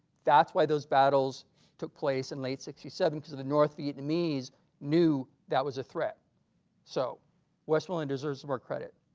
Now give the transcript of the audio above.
that's why those battles took place in late sixty seven because of the north vietnamese knew that was a threat so westmoreland deserves more credit.